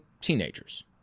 teenagers